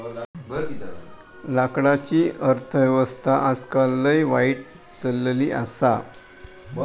लाकडाची अर्थ व्यवस्था आजकाल लय वाईट चलली आसा